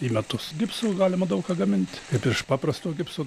į metus gipsu galima daug ką gaminti kaip iš paprasto gipso